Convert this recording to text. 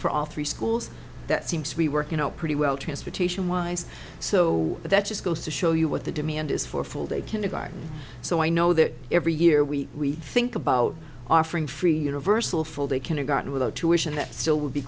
for all three schools that seems to be working out pretty well transportation wise so that just goes to show you what the demand is for full day kindergarten so i know that every year we think about offering free universal full day kindergarten without tuition that still would be